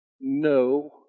No